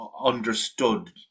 understood